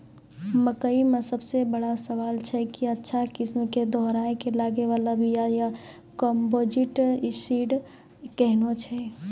मकई मे सबसे बड़का सवाल छैय कि अच्छा किस्म के दोहराय के लागे वाला बिया या कम्पोजिट सीड कैहनो छैय?